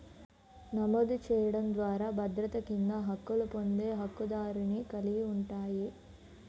నమోదు చేయడం ద్వారా భద్రత కింద హక్కులు పొందే హక్కుదారుని కలిగి ఉంటాయి,